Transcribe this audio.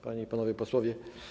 Panie i Panowie Posłowie!